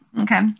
Okay